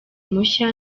mushya